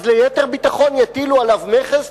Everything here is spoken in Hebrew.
אז ליתר ביטחון יטילו עליו מכס,